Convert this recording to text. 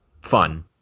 fun